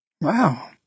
Wow